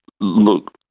look